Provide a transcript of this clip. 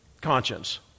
conscience